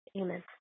Amen